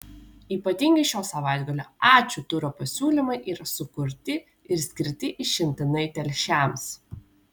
ypatingi šio savaitgalio ačiū turo pasiūlymai yra sukurti ir skirti išimtinai telšiams